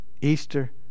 Easter